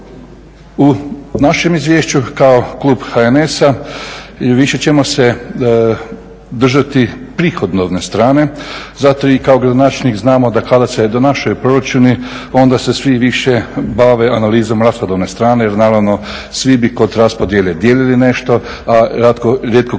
U našem izvješću kao klub HNS-a više ćemo se držati prihodovne strane zato jer kao i gradonačelnik znamo da kada se donašaju proračuni onda se svi više bave analizom rashodovne strane jer naravno svi bi kod raspodjele dijelili nešto, a rijetko tko bi